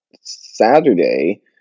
Saturday